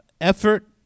effort